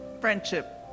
Friendship